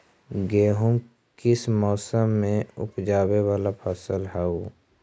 गेहूं किस मौसम में ऊपजावे वाला फसल हउ?